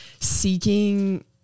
seeking